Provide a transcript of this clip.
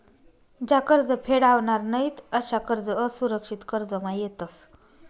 ज्या कर्ज फेडावनार नयीत अशा कर्ज असुरक्षित कर्जमा येतस